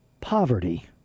Poverty